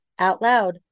OUTLOUD